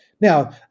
Now